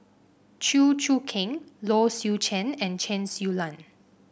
Chew Choo Keng Low Swee Chen and Chen Su Lan